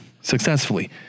successfully